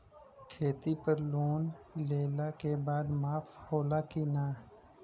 खेती पर लोन लेला के बाद माफ़ होला की ना?